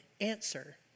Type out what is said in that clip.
answer